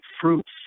fruits